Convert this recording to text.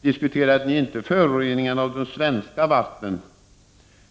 Diskuterade ni inte föroreningen av de svenska vattnen?